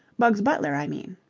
bugs butler, i mean.